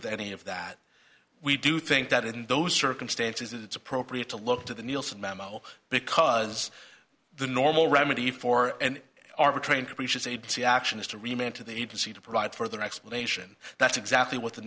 with any of that we do think that in those circumstances it's appropriate to look to the nielson memo because the normal remedy for an arbitrary and capricious agency action is to remain to the agency to provide further explanation that's exactly what the